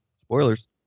Spoilers